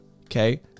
okay